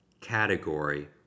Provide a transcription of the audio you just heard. category